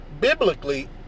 biblically